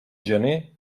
gener